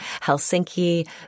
Helsinki